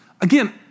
Again